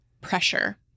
pressure